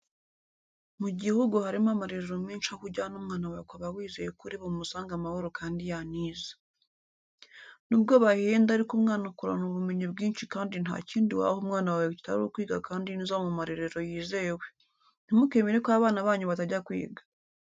Mu gihugu harimo amarerero menshi aho ujyana umwana wawe ukaba wizeye ko uri bumusange amahoro kandi yanize. Nubwo bahenda ariko umwana akurana ubumenyi bwinshi kandi ntakindi waha umwana wawe kitari ukwiga kandi neza mu marerero yizewe. Ntimukemere ko abana banyu batajya kwiga.